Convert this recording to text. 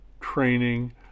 training